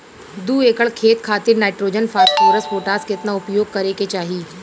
दू एकड़ खेत खातिर नाइट्रोजन फास्फोरस पोटाश केतना उपयोग करे के चाहीं?